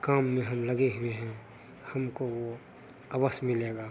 काम में हम लगे हुए हैं हमको वो अवश्य मिलेगा